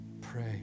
Pray